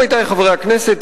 עמיתי חברי הכנסת,